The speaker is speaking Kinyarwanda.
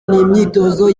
n’imyitozo